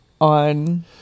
on